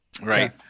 Right